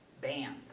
band